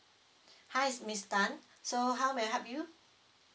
hi miss tan so how may I help you